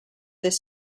this